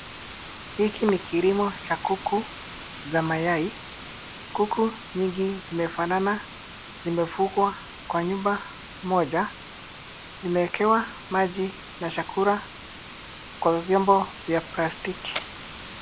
Hiki ni kilimo cha kuku za mayai, kuku nyinyi zimefanana zimefungwa kwa nyumba moja, imeekewa maji na chakula kwa vyombo vya plastiki.